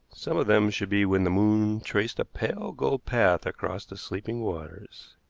some of them should be when the moon traced a pale gold path across the sleeping waters.